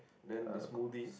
then the smoothie